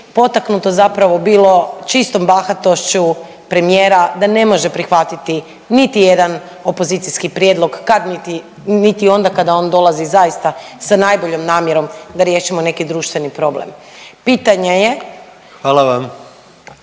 potaknuto zapravo bilo čistom bahatošću premijera da ne može prihvatiti niti jedan opozicijski prijedlog kad niti, niti onda kada on dolazi zaista sa najboljom namjerom da riješimo neki društveni problem. Pitanje je …